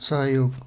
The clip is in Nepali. सहयोग